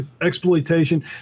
exploitation